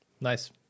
nice